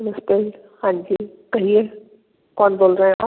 नमस्ते हाँ जी कहिए कौन बोल रहें हैं आप